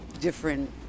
different